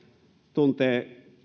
tuntee